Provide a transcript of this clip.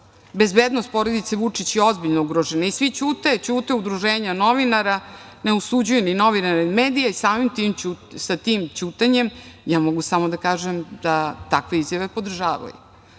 Bezbednost porodice Vučić je ozbiljno ugrožena i svi ćute, ćute udruženja novinara, ne osuđujem ni novinare, ni medije, samim tim ćutanjem, ja mogu samo da kažem da takve izjave podržavaju. Zamolila